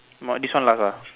not this one last lah